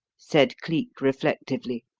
said cleek reflectively.